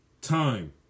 time